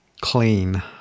clean